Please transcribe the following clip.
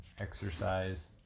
exercise